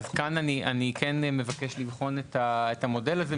כאן אני כן מבקש לבחון את המודל הזה,